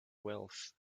wealth